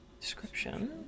description